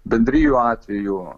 bendrijų atveju